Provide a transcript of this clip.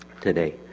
today